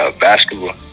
Basketball